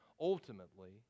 ultimately